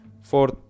Fourth